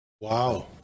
Wow